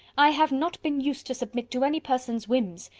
i have not been used to submit to any person's whims.